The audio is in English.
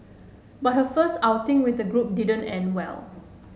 but her first outing with the group didn't end well